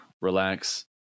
relax